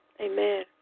Amen